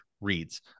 reads